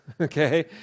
okay